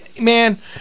man